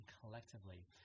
collectively